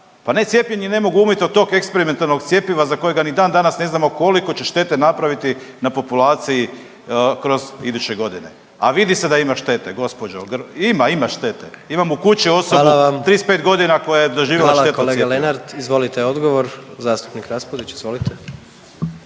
Pa necijepljeni ne mogu umrijeti od tog eksperimentalnog cjepiva za kojega ni dandanas ne znamo koliko će štete napraviti na populaciji kroz iduće godine, a vidi se da ima štete, gospođo. Ima, ima štete. Imam u kući osobu… .../Upadica: Hvala vam./... 35 godina koja je doživjela … .../Upadica: Hvala, kolega Lenart./... štetnost cjepiva.